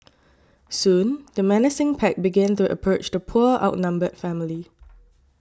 soon the menacing pack began to approach the poor outnumbered family